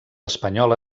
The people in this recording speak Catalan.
espanyola